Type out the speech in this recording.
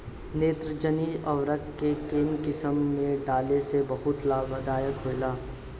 नेत्रजनीय उर्वरक के केय किस्त में डाले से बहुत लाभदायक होला?